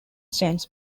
sense